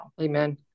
amen